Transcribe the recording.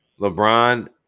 Lebron